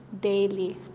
daily